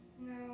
No